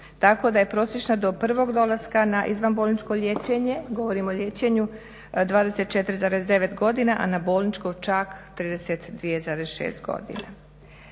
tako da je prosječna dob prvog dolaska na izvan bolničko liječenje, govorim o liječenju, 24,9 godina, a na bolničko čak 32,6 godina.